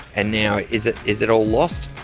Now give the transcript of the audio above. and now, is it is it all lost?